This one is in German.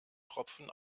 tropfen